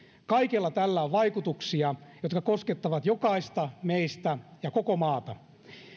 kaikella tällä on vaikutuksia jotka koskettavat jokaista meistä ja koko maata